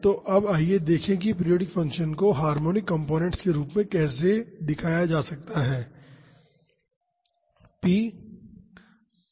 तो अब आइए देखें कि पीरियाडिक फ़ंक्शन को हार्मोनिक कंपोनेंट्स के रूप में कैसे दिखाया जा सकता है